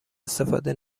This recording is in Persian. استفاده